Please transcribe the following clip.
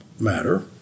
matter